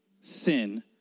sin